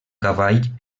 cavall